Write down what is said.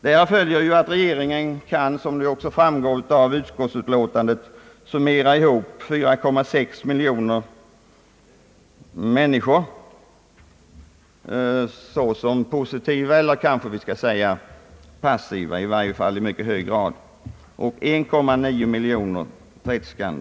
Som framgår av utskottsutlåtandet har regeringen därigenom kunnat summera ihop att 4,6 miljoner människor är positiva, eller kanske vi skall säga passiva, och endast 1,9 miljon tredskande.